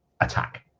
attack